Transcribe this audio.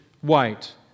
white